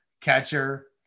Catcher